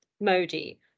Modi